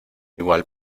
igual